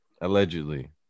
Allegedly